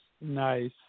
nice